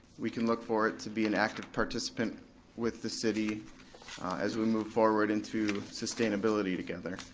we can look forward to be an active participant with the city as we move forward into sustainability together.